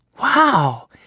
Wow